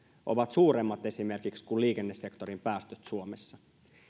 ovat suuremmat kuin liikennesektorin päästöt suomessa